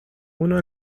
uno